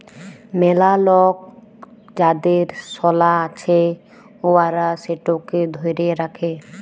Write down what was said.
ম্যালা লক যাদের সলা আছে উয়ারা সেটকে ধ্যইরে রাখে